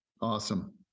Awesome